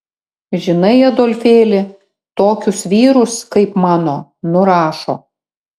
žinai adolfėli tokius vyrus kaip mano nurašo